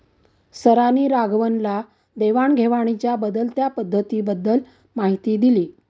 सरांनी राघवनला देवाण घेवाणीच्या बदलत्या पद्धतींबद्दल माहिती दिली